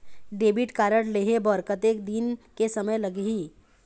Debit card लेहे बर कतेक दिन के समय लगही?